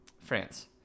France